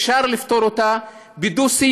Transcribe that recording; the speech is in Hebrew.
אפשר לפתור אותה בדו-שיח.